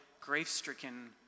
grief-stricken